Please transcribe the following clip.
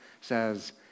says